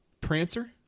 Prancer